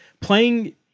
Playing